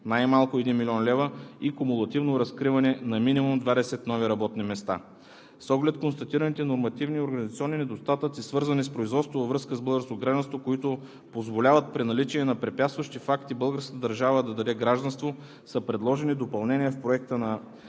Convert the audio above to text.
най-малко един милион лева и кумулативно разкриване на минимум 20 нови работни места. С оглед констатираните нормативни организационни недостатъци, свързани с производството във връзка с българското гражданство, които позволяват при наличие на препятстващи факти българската държава да даде гражданство, са предложени допълнения в Проекта на